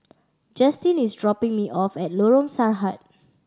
Justyn is dropping me off at Lorong Sarhad